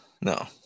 No